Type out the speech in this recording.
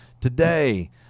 today